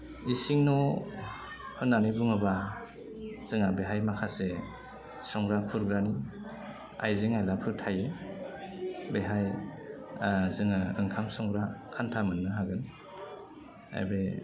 इसिं न' होन्नानै बुङोबा जोंहा बेहाय माखासे संग्रा खुरग्रानि आइजें आइलाफोर थायो बेहाय जोङो ओंखाम संग्रा खान्था मोननो हागोन आरो बे